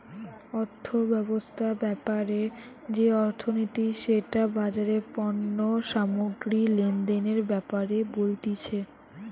অর্থব্যবস্থা ব্যাপারে যে অর্থনীতি সেটা বাজারে পণ্য সামগ্রী লেনদেনের ব্যাপারে বলতিছে